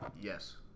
Yes